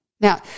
Now